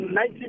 19